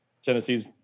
Tennessee's